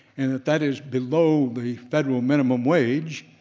and that that is below the federal minimum wage,